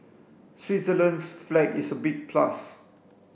Switzerland's flag is a big plus